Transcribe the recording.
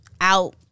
out